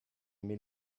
mil